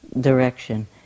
direction